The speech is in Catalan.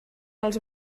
els